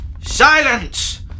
Silence